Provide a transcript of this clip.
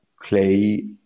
clay